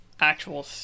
actual